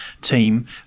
team